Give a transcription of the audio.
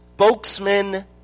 Spokesman